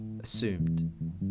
assumed